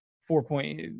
four-point –